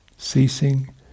Ceasing